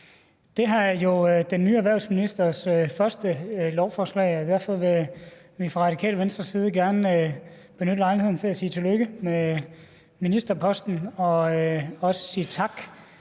Det her er jo den nye erhvervsministers første lovforslag, og derfor vil vi fra Radikale Venstres side gerne benytte lejligheden til at sige tillykke med ministerposten og også sige tak